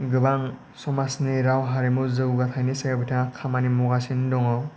गोबां समाजनि राव हारिमु जौगाथायनि सायाव बिथाङा खामानि मावगासिनो दङ'